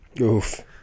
Oof